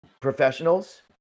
professionals